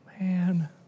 man